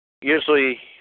Usually